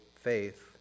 faith